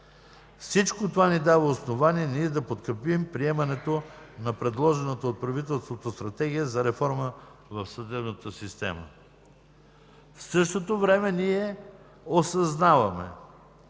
Всичко това ни дава основание да подкрепим приемането на предложената от правителството Стратегия за реформа в съдебната система. В същото време ние осъзнаваме,